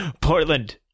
Portland